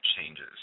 changes